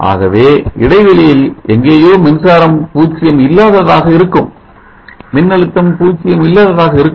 ஆகவே இடைவெளியில் எங்கேயோ மின்சாரம் 0 இல்லாததாக இருக்கும் மின் அழுத்தம் 0 இல்லாததாக இருக்கும்